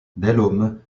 delhomme